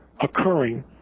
occurring